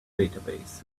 database